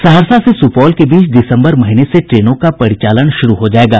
सहरसा से सुपौल के बीच दिसम्बर महीने से ट्रेनों का परिचालन शुरू हो जायेगा